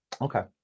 Okay